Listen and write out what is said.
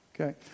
Okay